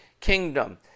kingdom